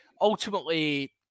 ultimately